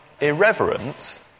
irreverent